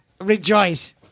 Rejoice